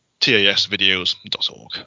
tasvideos.org